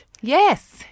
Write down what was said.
Yes